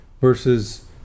versus